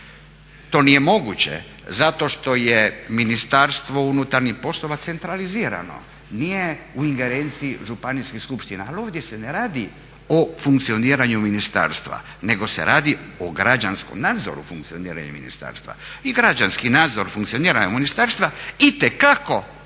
to nije moguće zato što je Ministarstvo unutarnjih poslova centralizirano, nije u ingerenciji županijskih skupština, ali ovdje se ne radi o funkcioniranju ministarstva nego se radi o građanskom nadzoru funkcioniranja ministarstva, i građanski nadzor funkcioniranja ministarstva itekako